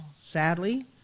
sadly